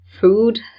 food